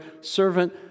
servant